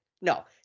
No